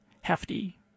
hefty